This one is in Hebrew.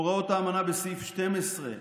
הוראות האמנה בסעיף 12,